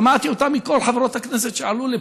שמעתי אותם מכל חברות הכנסת שעלו לפה.